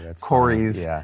Corey's